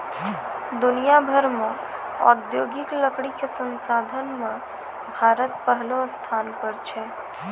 दुनिया भर मॅ औद्योगिक लकड़ी कॅ संसाधन मॅ भारत पहलो स्थान पर छै